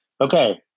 Okay